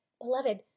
beloved